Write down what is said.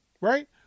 Right